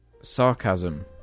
Sarcasm